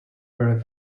were